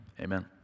amen